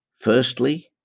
firstly